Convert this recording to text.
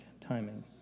timing